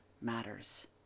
matters